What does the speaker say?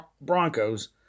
Broncos